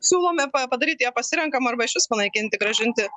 siūlome pa padaryti ją pasirenkamą arba išvis panaikinti grąžinti